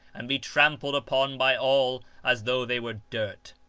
and be trampled upon by all as though they were dirt.